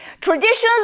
Traditions